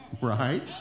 Right